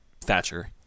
Thatcher